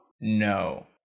No